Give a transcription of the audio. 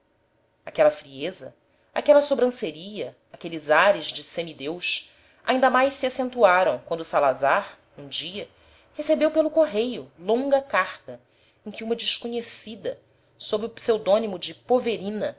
aquela frieza aquela sobranceria aqueles ares de semideus ainda mais se acentuaram quando o salazar um dia recebeu pelo correio longa carta em que uma desconhecida sob o pseudônimo de